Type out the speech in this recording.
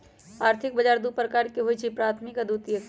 आर्थिक बजार दू प्रकार के होइ छइ प्राथमिक आऽ द्वितीयक